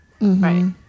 right